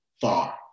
far